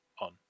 on